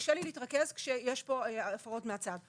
קשה לי להתרכז כשיש פה הפרעות מהצד,